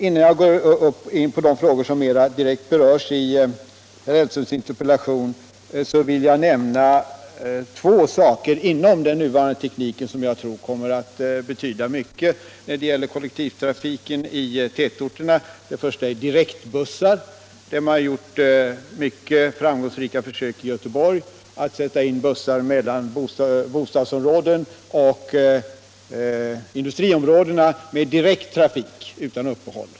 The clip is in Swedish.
Innan jag går in på de frågor som mera direkt berörs i herr Hellströms interpellation vill jag nämna två saker inom den nuvarande tekniken som jag tror kommer att betyda mycket när det gäller kollektivtrafiken i tätorterna. Den första är direktbussar. Man har i Göteborg gjort mycket framgångsrika försök med att sätta in bussar med direkttrafik, utan uppehåll, mellan bostadsområden och industriområdena.